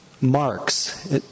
Marks